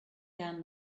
down